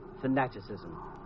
fanaticism